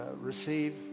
receive